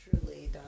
truly